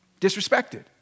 disrespected